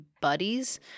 buddies